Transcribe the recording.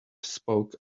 spoke